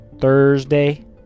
Thursday